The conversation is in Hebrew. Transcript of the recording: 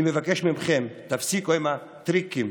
אני מבקש מכם, תפסיקו עם הטריקים,